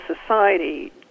society